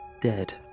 dead